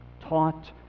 taught